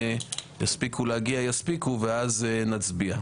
יספיקו להגיע אז יספיקו ואז אנחנו נצביע.